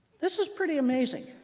this is pretty amazing.